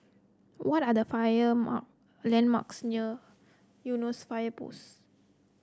what are the on landmarks near Eunos Fire Post